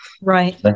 right